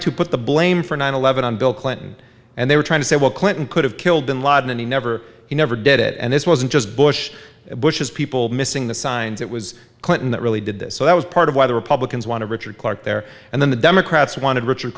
to put the blame for nine eleven on bill clinton and they were trying to say well clinton could have killed bin laden and he never he never did it and it wasn't just bush bush's people missing the signs it was clinton that really did this so that was part of why the republicans want to richard clarke there and then the democrats wanted rich